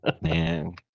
Man